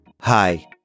Hi